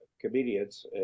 comedians